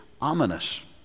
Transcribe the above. ominous